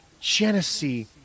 Genesee